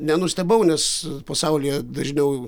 nenustebau nes pasaulyje dažniau